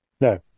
No